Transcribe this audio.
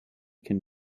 can